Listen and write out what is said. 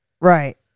Right